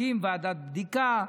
הקים ועדת בדיקה.